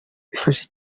bifasha